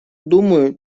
думаю